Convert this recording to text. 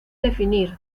definir